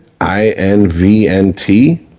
I-N-V-N-T